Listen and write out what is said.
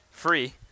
free